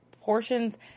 portions